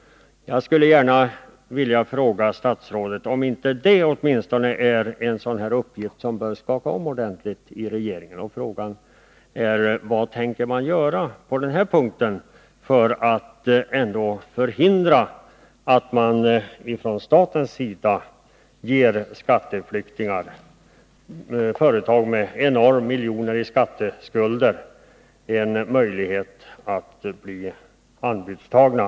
Jag skulle gärna vilja fråga statsrådet om inte åtminstone det är en uppgift som bör skaka om regeringen ordentligt. Vad tänker regeringen göra för att förhindra att staten ger skatteflyktingar, företag med miljoner i skatteskulder, möjlighet att bli anbudstagna?